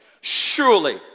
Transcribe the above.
Surely